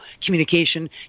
communication